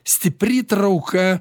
stipri trauka